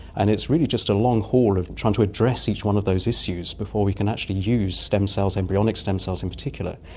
and it's really just a long haul of trying to address each one of those issues before we can actually use stem cells, embryonic stem cells in particular,